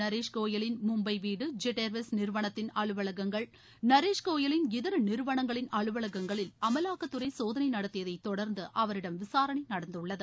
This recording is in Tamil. நரேஷ் கோயலின் மும்பை வீடு ஜெட் ஏர்வேஸ் நிறுவனத்தின் அலுவலகங்கள் நரேஷ் கோயலின் இதர நிறுவனங்களின் அலுவலகங்களில் அமலாக்கத்துறை சோதனை நடத்தியதைத் தொடர்ந்து அவரிடம் விசாரணை நடந்துள்ளது